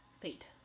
fate